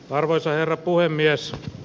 arvoisa herra puhemies